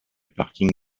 parking